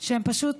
שהם פשוט,